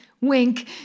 wink